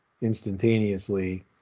instantaneously